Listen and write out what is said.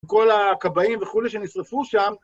וכל הכבאים וכולי שנשרפו שם.